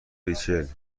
ریچل